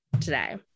today